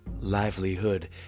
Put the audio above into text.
livelihood